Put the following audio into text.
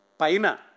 paina